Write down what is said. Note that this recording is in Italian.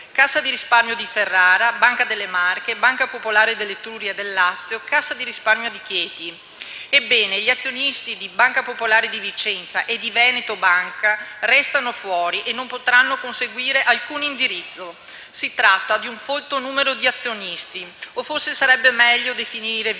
Cassa di risparmio di Ferrara, Banca delle Marche, Banca popolare dell'Etruria e del Lazio, Cassa di risparmio di Chieti. Ebbene gli azionisti della Banca popolare di Vicenza e di Veneto Banca resteranno fuori e non potranno conseguire alcun indennizzo. Si tratta di un folto numero di azionisti, che forse sarebbe meglio definire vittime.